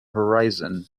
horizon